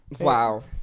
wow